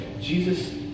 Jesus